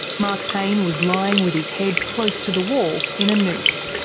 mark payne was lying with his head close to the wall in a noose,